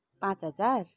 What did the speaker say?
पाँच हजार